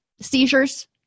Seizures